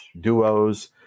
duos